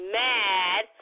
mad